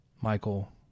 michael